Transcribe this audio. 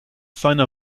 seiner